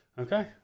Okay